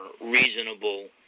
reasonable